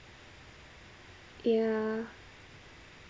ya